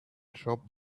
shop